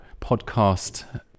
podcast